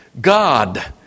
God